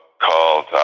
called